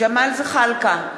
ג'מאל זחאלקה,